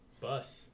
bus